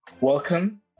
Welcome